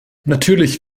natürlich